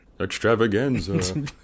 Extravaganza